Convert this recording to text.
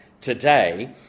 today